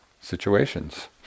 situations